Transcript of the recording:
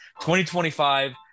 2025